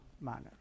manner